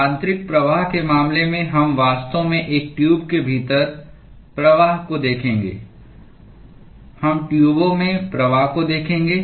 आंतरिक प्रवाह के मामले में हम वास्तव में एक ट्यूब के भीतर प्रवाह को देखेंगे हम ट्यूबों में प्रवाह को देखेंगे